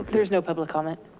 but there's no public comment.